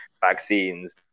vaccines